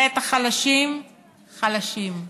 ואת החלשים, חלשים.